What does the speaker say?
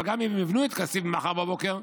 אבל גם אם יבנו את כסיף מחר בבוקר,